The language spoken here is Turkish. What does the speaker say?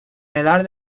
neler